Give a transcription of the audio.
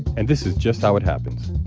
and this is just how it happens.